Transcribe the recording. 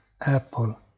Apple